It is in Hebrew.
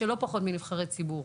שהן לא פחותות משל נבחרי ציבור.